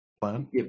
plan